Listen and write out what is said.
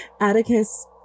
Atticus